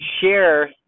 share